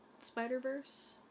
spider-verse